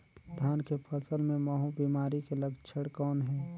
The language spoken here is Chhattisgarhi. धान के फसल मे महू बिमारी के लक्षण कौन हे?